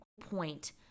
point